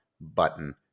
button